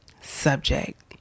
subject